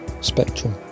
spectrum